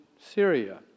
Syria